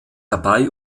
dabei